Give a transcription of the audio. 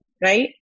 right